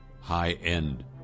high-end